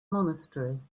monastery